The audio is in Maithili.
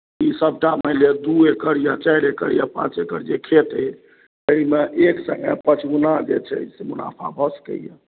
ई सभटा मानि लिअ दू एकड़ या चारि एकड़ या पाँच एकड़ जे खेत अइ ताहिमे एक सङ्गे पचगुणा जे छै से मुनाफा भऽ सकैए